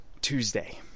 Tuesday